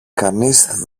κανείς